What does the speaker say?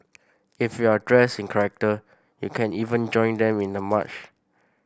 if you're dressed in character you can even join them in the march